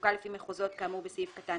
בחלוקה לפי מחוזות כאמור בסעיף קטן